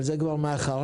אבל זה כבר מאחורינו.